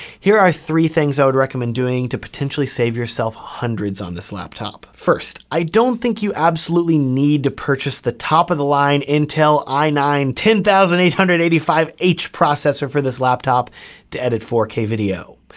here are three things i would recommend doing to potentially save yourself hundreds on this laptop. first, i don't think you absolutely need to purchase the top of the line, intel i nine, ten thousand eight hundred and eighty five h processor for this laptop to edit four k video.